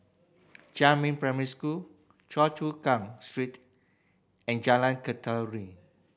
Jiemin Primary School Choa Chu Kang Street and Jalan